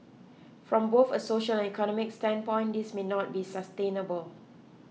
from both a social and economic standpoint this may not be sustainable